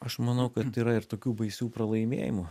aš manau kad yra ir tokių baisių pralaimėjimų